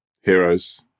Heroes